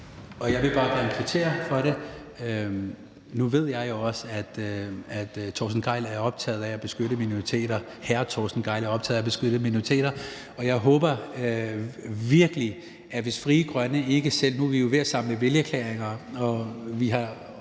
Jeg vil bare gerne kvittere for det. Nu ved jeg jo også, at hr. Torsten Gejl er optaget af at beskytte minoriteter, og jeg håber virkelig, at hvis Frie Grønne ikke selv – nu er vi jo ved at samle vælgererklæringer, og vi har